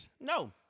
No